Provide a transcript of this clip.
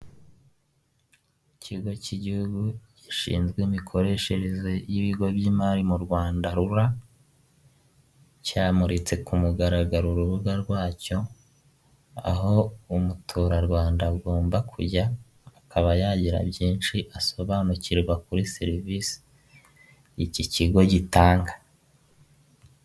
Abagenza amaguru mu gihe bambukiranya umuhanda, bakomeje guhabwa agaciro kabo bakambuka nta nkomyi, ibinyabiziga bigahagarara bakambuka neza.